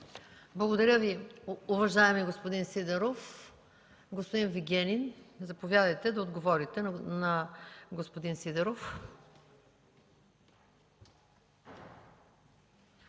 Благодаря Ви, уважаеми господин Сидеров. Господин Вигенин, заповядайте да отговорите на господин Сидеров.